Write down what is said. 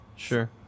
Sure